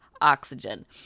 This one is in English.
oxygen